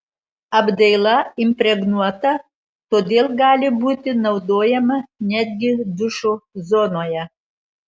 apdaila impregnuota todėl gali būti naudojama netgi dušo zonoje